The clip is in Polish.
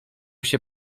się